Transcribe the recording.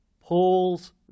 Paul's